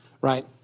right